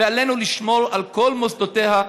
ועלינו לשמור על כל מוסדותיה,